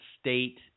state